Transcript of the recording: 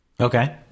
Okay